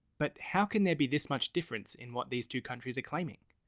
but how can there be this much difference in what these two countries are claiming?